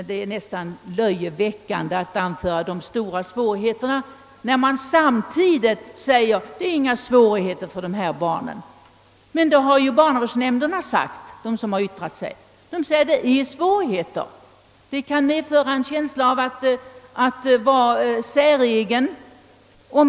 Det är nästan löjeväckande att anföra sådana svårigheter och samtidigt bortse från de svårigheter som möter barnen själva. Barnavårdsnämnderna som yttrat sig framhåller att bristen på sociala förmåner är en belastning för barnen och kan ge dem en känsla av att vara säregna.